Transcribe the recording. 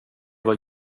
var